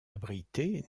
abrité